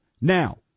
Now